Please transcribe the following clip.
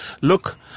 look